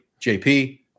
JP